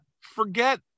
forget